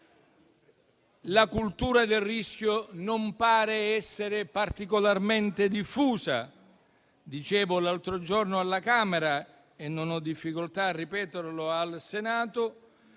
La cultura del rischio non pare essere particolarmente diffusa. Come dicevo l'altro giorno alla Camera - e non ho difficoltà a ripeterlo qui in Senato